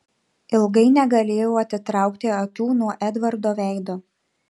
ilgai negalėjau atitraukti akių nuo edvardo veido